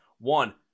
One